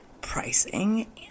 pricing